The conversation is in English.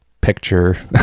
picture